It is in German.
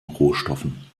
rohstoffen